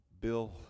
Bill